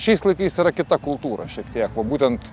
šiais laikais yra kita kultūra šiek tiek va būtent